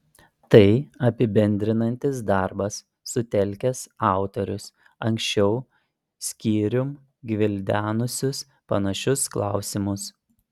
tai apibendrinantis darbas sutelkęs autorius anksčiau skyrium gvildenusius panašius klausimus